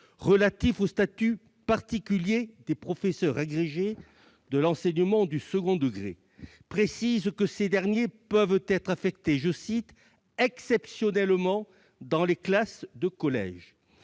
relatif au statut particulier des professeurs agrégés de l'enseignement du second degré précise que ces derniers peuvent être affectés « exceptionnellement dans les classes de collège ».